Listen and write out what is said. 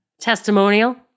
testimonial